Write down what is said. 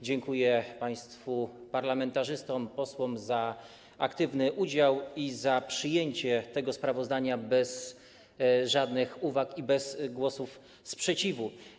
Dziękuję państwu parlamentarzystom, posłom za aktywny udział i za przyjęcie tego sprawozdania bez żadnych uwag i bez głosów sprzeciwu.